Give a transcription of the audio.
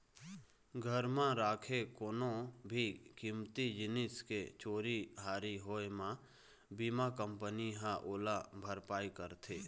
घर म राखे कोनो भी कीमती जिनिस के चोरी हारी होए म बीमा कंपनी ह ओला भरपाई करथे